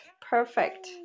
Perfect